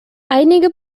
einige